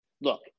Look